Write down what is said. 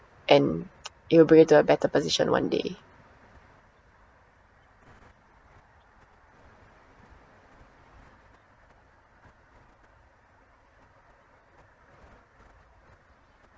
and you'll bring it to a better position one day